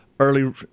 Early